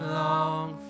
long